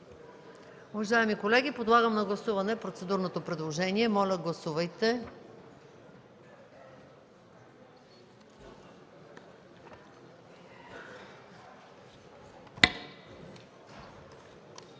Уважаеми колеги, подлагам на гласуване процедурното предложение. Моля, гласувайте.